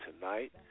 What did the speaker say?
tonight